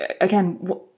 again